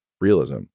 realism